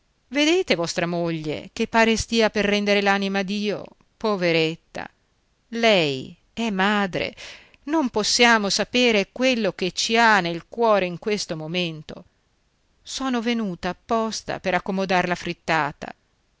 vedete vostra moglie che pare stia per rendere l'anima a dio poveretta lei è madre non possiamo sapere quello che ci ha nel cuore in questo momento sono venuta apposta per accomodar la frittata